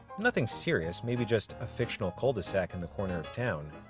nothing serious, maybe just a fictional cul-de-sac in the corner of town,